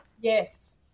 Yes